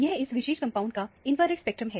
यह इस विशेष कंपाउंड का इंफ्रारेड स्पेक्ट्रम है